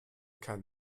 kein